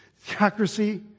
Theocracy